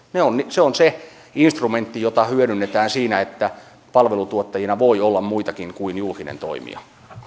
se on se instrumentti jota hyödynnetään siinä että palvelutuottajina voi olla muitakin kuin julkinen toimija